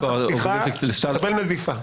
תקבל נזיפה.